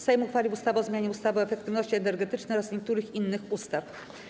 Sejm uchwalił ustawę o zmianie ustawy o efektywności energetycznej oraz niektórych innych ustaw.